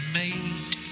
made